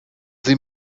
sie